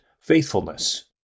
faithfulness